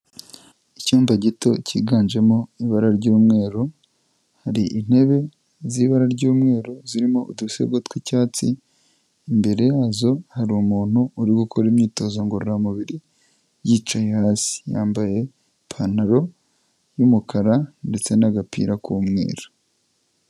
Icyumba gito cyiganjemo ibara ry'umweru, hari intebe z'ibara ry'umweru zirimo udusego tw'icyatsi, imbere yazo hari umuntu uri gukora imyitozo ngororamubiri, yicaye hasi, yambaye ipantaro y'umukara ndetse n'agapira k'umweru.